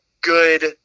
good